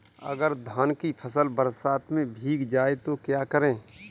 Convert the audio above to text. अगर धान की फसल बरसात में भीग जाए तो क्या करें?